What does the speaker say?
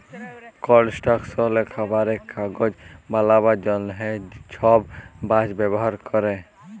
কলস্ট্রাকশলে, খাবারে, কাগজ বালাবার জ্যনহে ছব বাঁশ ব্যাভার ক্যরে